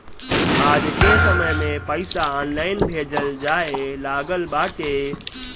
आजके समय में पईसा ऑनलाइन भेजल जाए लागल बाटे